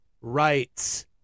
rights